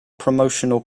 promotional